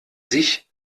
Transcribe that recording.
sich